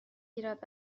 گیرد